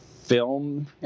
film